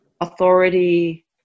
authority